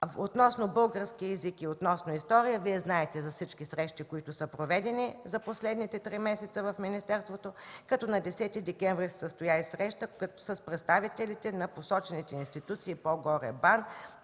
Относно Български език и История. Вие знаете за всички срещи, проведени за последните три месеца в министерството, като на 10 декември се състоя и среща с представителите на посочените институции по-горе – БАН